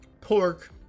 pork